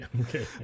Okay